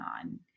on